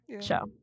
show